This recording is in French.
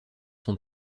sont